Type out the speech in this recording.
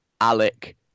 Alec